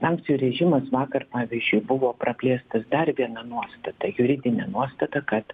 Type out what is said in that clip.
sankcijų režimas vakar pavyzdžiui buvo praplėstas dar viena nuostata juridine nuostata kad